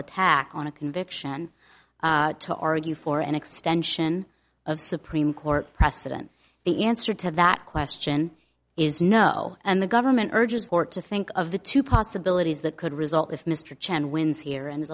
attack on a conviction to argue for an extension of supreme court precedent the answer to that question is no and the government urges court to think of the two possibilities that could result if mr chen wins here and i